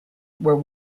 were